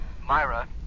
Myra